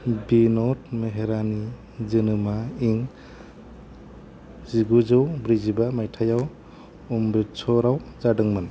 बिन'द मेहरानि जोनोमा इं जिगुजौ ब्रैजिबा माइथायाव अमृतचराव जादोंमोन